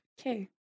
Okay